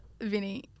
Vinny